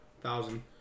thousand